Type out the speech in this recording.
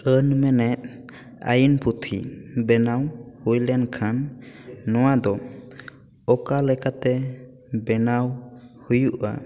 ᱟᱹᱱ ᱢᱮᱱᱮᱫ ᱟᱹᱭᱤᱱ ᱯᱩᱛᱷᱤ ᱵᱮᱱᱟᱣ ᱦᱩᱭ ᱞᱮᱱ ᱠᱷᱟᱱ ᱱᱚᱣᱟ ᱫᱚ ᱚᱠᱟ ᱞᱮᱠᱟᱛᱮ ᱵᱮᱱᱟᱣ ᱦᱩᱭᱩᱜᱼᱟ